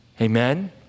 Amen